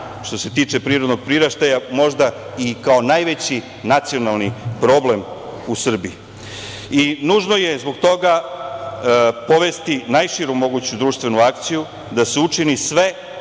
što se tiče prirodnog priraštaja je možda i najveći nacionalni problem u Srbiji. Zbog toga, nužno je povesti najširu moguću društvenu akciju da se učini sve